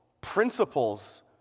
principles